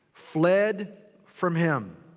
fled from him